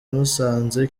musanze